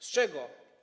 Z czego?